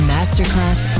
Masterclass